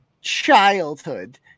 childhood